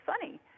funny